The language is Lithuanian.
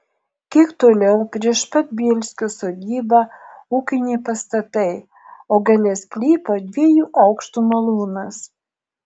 kiek toliau prieš pat bielskio sodybą ūkiniai pastatai o gale sklypo dviejų aukštų malūnas